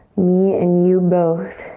me and you both,